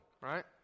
right